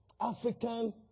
African